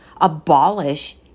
abolish